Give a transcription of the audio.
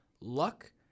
luck